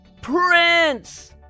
Prince